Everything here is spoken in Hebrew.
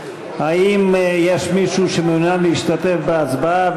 האם יש מישהו שמעוניין להשתתף בהצבעה